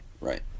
right